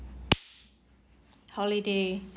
holiday